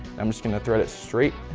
i'm just going to thread it straight